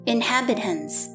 Inhabitants